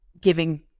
giving